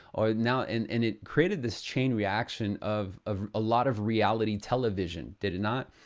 or now and and it created this chain reaction of of a lot of reality television, did it not?